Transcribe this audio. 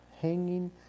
hanging